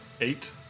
Eight